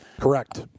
Correct